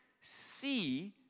see